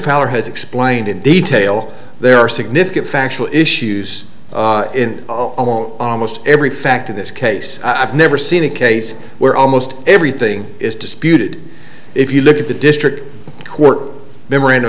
fowler has explained in detail there are significant factual issues in most every fact of this case i've never seen a case where almost everything is disputed if you look at the district court memorand